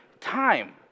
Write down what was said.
time